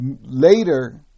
later